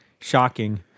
shocking